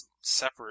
separate